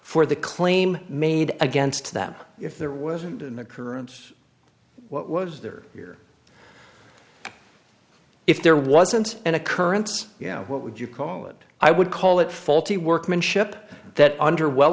for the claim made against them if there wasn't an occurrence what was there here if there wasn't an occurrence you know what would you call it i would call it faulty workmanship that under well